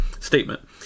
statement